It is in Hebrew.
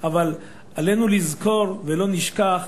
עלינו לזכור, ולא נשכח,